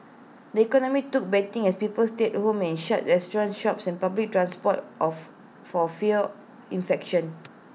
the economy took beating as people stayed home and shunned restaurants shops and public transport of for fear of infection